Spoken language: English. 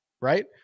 right